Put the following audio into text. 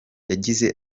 yagize